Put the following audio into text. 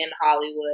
Hollywood